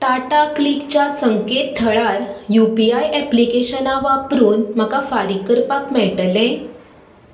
टाटाक्लिक च्या संकेत थळार यू पी आय ऍप्लिकेशनां वापरून म्हाका फारीक करपाक मेळटलें